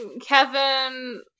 Kevin